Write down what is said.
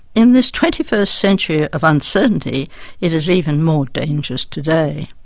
in this twenty first century of uncertainty it is even more dangerous today.